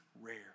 rare